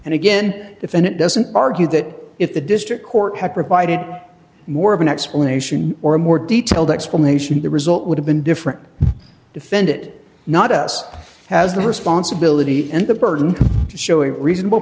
and again if and it doesn't argue that if the district court had provided more of an explanation or a more detailed explanation the result would have been different defended not us has the responsibility and the burden showing a reasonable